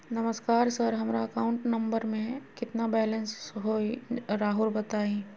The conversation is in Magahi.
नमस्कार सर हमरा अकाउंट नंबर में कितना बैलेंस हेई राहुर बताई?